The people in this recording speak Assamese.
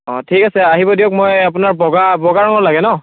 অঁ ঠিক আছে আহিব দিয়ক মই আপোনাৰ বগা বগা ৰঙৰ লাগে ন